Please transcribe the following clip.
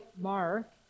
Mark